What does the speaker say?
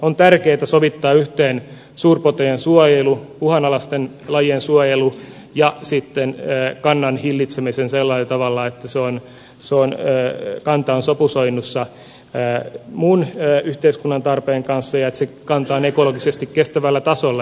on tärkeätä sovittaa yhteen suurpetojen suojelu uhanalaisten lajien suojelu ja sitten kannan hillitseminen sellaisella tavalla että kanta on sopusoinnussa muun yhteiskunnan tarpeen kanssa ja että se kanta on ekologisesti kestävällä tasolla